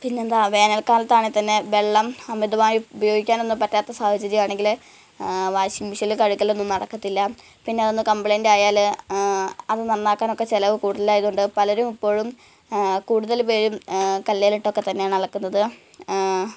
പിന്നെ എന്താണ് വേനല്ക്കാലത്താണെങ്കിൽ തന്നെ വെള്ളം അമിതമായി ഉപയോഗിക്കാനൊന്നും പറ്റാത്ത സാഹചര്യമാണെങ്കിൽ വാഷിങ് മെഷീനിൽ കഴുകലൊന്നും നടക്കത്തില്ല പിന്നെ അതൊന്ന് കംപ്ലയിൻറ് ആയാൽ അത് നന്നാക്കാനൊക്കെ ചിലവ് കൂടുതൽ ആയതുകൊണ്ട് പലരും ഇപ്പോഴും കൂടുതൽ പേരും കല്ലിലിട്ടൊക്കെ തന്നെയാണ് അലക്കുന്നത്